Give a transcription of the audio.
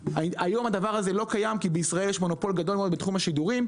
היום הדבר הזה לא קיים כי בישראל יש מונופול גדול מאוד בתחום השידורים,